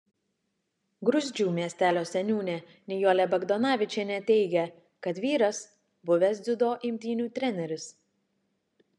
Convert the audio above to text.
gruzdžių miestelio seniūnė nijolė bagdonavičienė teigė kad vyras buvęs dziudo imtynių treneris